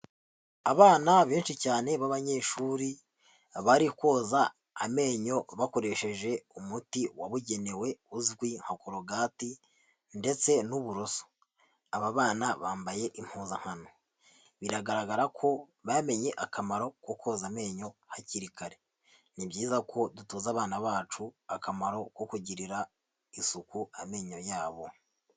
Abana benshi cyane b'abanyeshuri, bari koza amenyo bakoresheje umuti wabugenewe uzwi nka korogati ndetse n'uburoso. Aba bana bambaye impuzankano. Biragaragara ko bamenye akamaro ko koza amenyo hakiri kare. Ni byiza ko dutoza abana bacu akamaro ko kugirira isuku amenyo yabo.